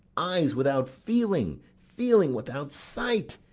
eyes without feeling, feeling without sight,